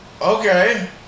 Okay